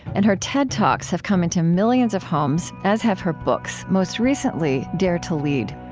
and her ted talks have come into millions of homes, as have her books most recently, dare to lead.